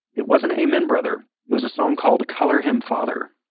it wasn't amen, brother. it was a song called color him father.